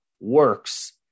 works